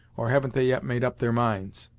or haven't they yet made up their minds?